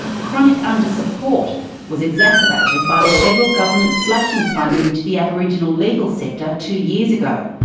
chronic under-support was exacerbated by the federal government slashing funding to the aboriginal legal sector two years ago.